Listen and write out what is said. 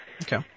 Okay